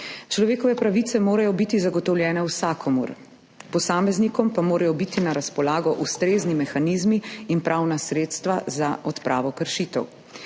Človekove pravice morajo biti zagotovljene vsakomur, posameznikom pa morajo biti na razpolago ustrezni mehanizmi in pravna sredstva za odpravo kršitev.